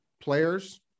players